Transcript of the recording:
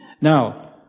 Now